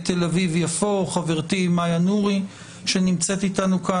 תל-אביב-יפו חברתי מאיה נורי שנמצאת איתנו כאן.